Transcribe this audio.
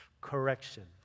Correction